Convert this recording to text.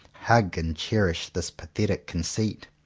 hug and cherish this pathetic conceit.